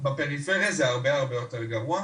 בפריפריה זה הרבה יותר גרוע.